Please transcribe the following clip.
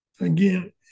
Again